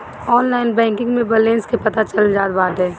online banking में balance के पता चल जात बाटे